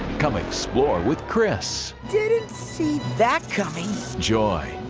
come explore with chris. didn't see that coming. joy.